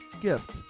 gift